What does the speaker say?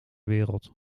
wereld